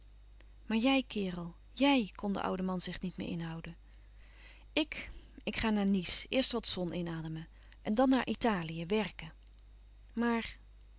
maar jij kerel jij kon de oude man zich niet meer inhouden ik ik ga naar nice eerst wat zon inademen en dan naar italië werken maar